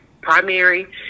primary